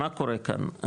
מה קורה כאן,